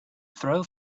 throw